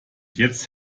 jetzt